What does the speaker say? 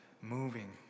moving